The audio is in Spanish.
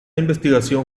investigación